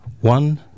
one